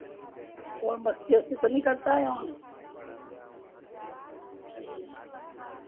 तो मस्ती वस्ती तो नहीं करता है वहाँ